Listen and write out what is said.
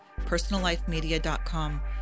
Personallifemedia.com